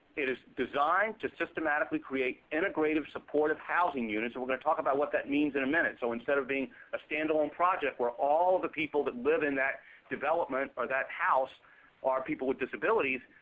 is designed to systematically create integrative, supportive housing units. and we're going to talk about what that means in a minute. so instead of being a standalone project where all of the people that live in that development or that house are people with disabilities.